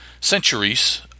centuries